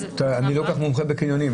אני לא כל כך מומחה בקניונים.